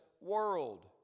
world